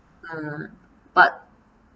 mm but